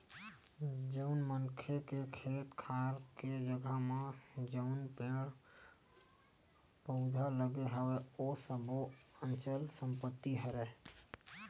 जउन मनखे के खेत खार के जघा म जउन पेड़ पउधा लगे हवय ओ सब्बो अचल संपत्ति हरय